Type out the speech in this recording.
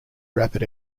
rapid